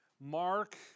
Mark